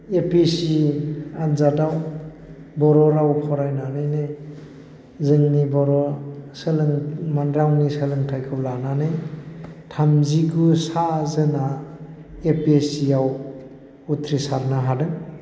ए P S C आनजादाव बर' राव फरायनानैनो जोंनि बर' रावनि सोलोंथायखौ लानानै थामजिगुसा जोना ए पि एस सि याव उथ्रिसारनो हादों